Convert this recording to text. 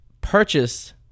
purchase